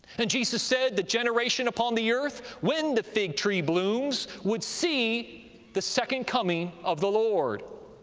and jesus said the generation upon the earth when the fig tree blooms would see the second coming of the lord.